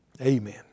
Amen